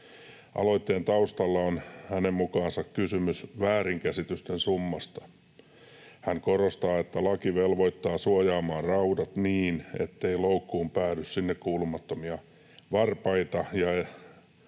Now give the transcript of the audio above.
Aloitteen taustalla on hänen mukaansa kysymys väärinkäsitysten summasta. Hän korostaa, että laki velvoittaa suojaamaan raudat niin, ettei loukkuun päädy sinne kuulumattomia varpaita, ja